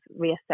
reassess